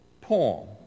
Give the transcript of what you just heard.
poem